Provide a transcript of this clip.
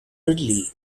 ridley